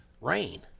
Rain